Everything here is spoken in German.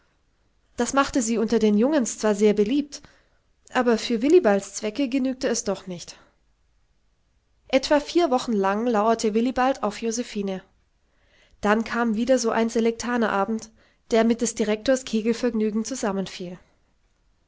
das machte sie unter den jungens zwar sehr beliebt aber für willibalds zwecke genügte es doch nicht etwa vier wochen lang lauerte willibald auf josephine da kam wieder so ein selektanerabend der mit des direktors